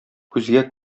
күзгә